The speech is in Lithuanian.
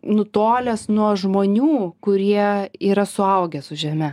nutolęs nuo žmonių kurie yra suaugę su žeme